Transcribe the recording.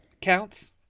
counts